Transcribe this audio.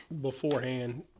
beforehand